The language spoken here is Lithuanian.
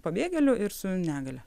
pabėgėlių ir su negalia